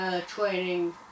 training